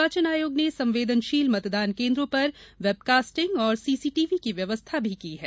निर्वाचन आयोग ने संवेदनशील मतदान केन्द्रों पर वेबकास्टिंग एवं सीसीटीवी की व्यवस्था भी की है